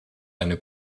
eine